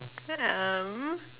um